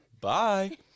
Bye